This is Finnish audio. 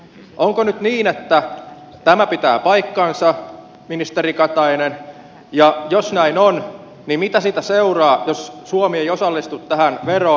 onko nyt niin että tämä pitää paikkansa ministeri katainen ja jos näin on niin mitä siitä seuraa jos suomi ei osallistu tähän veroon